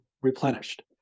replenished